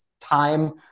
time